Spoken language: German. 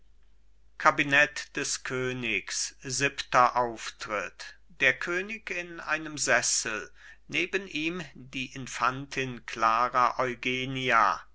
kabinett des königs siebenter auftritt der könig in einem sessel neben ihm die infantin klara eugenia